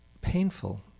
painful